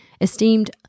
esteemed